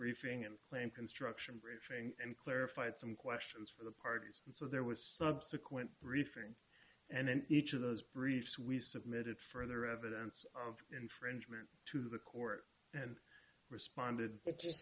briefing and claim construction briefing and clarified some questions for the parties so there was subsequent briefing and in each of those briefs we submitted further evidence of infringement to the court and responded it just